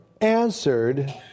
answered